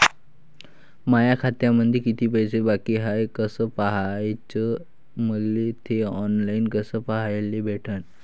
माया खात्यामंधी किती पैसा बाकी हाय कस पाह्याच, मले थे ऑनलाईन कस पाह्याले भेटन?